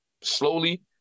slowly